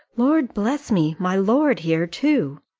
lord bless me! my lord here too!